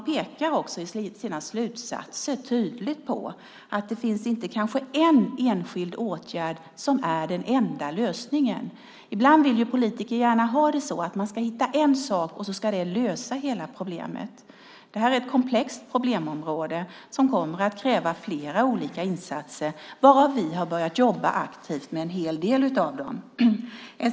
I sina slutsatser pekar de tydligt på att det kanske inte finns en enskild åtgärd som är den enda lösningen. Ibland vill politiker gärna att man ska hitta en sak som ska lösa hela problemet. Det här är ett komplext problemområde som kommer att kräva flera olika insatser, och vi har börjat jobba aktivt med en hel del av dessa.